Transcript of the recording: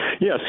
Yes